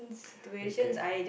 okay